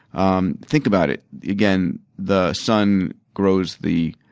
um think about it, again the sun grows the